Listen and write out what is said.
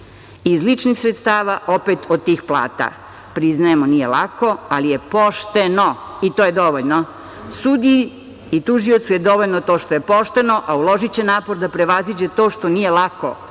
i iz ličnih sredstava opet od tih plata. Priznajemo, nije lako, ali je pošteno i to je dovoljno. Sudiji i tužiocu je dovoljno to što je pošteno, a uložiće napor da prevaziđe to što nije lako